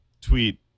tweet